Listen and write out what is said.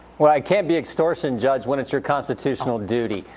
well, it can't be extortion judge when it's your constitutional duty.